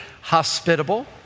hospitable